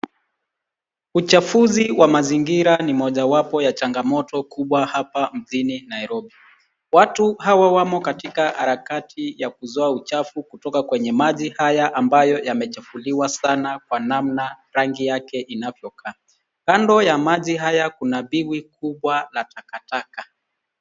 Uchafuzi wa mazingira ni moja wapo ya changamoto kubwa hapa mjini Nairobi. Watu hawa wamo kwenye harakati ya kuzoa uchafu kutoka kwenye maji haya ambayo yamechafuliwa sana kwa namna rangi yake inavyo kaa. Kando ya maji haya kuna biwi kubwa la takataka.